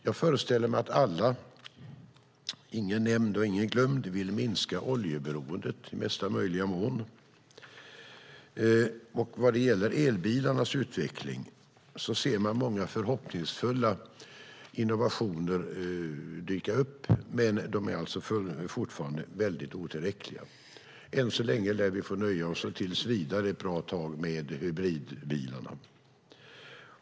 Jag föreställer mig att alla - ingen nämnd och ingen glömd - vill minska oljeberoendet i mesta möjliga mån. Vad gäller elbilarnas utveckling ser man många lovande innovationer dyka upp. Men de är alltså fortfarande otillräckliga. Vi lär få nöja oss med hybridbilar ett bra tag.